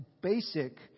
basic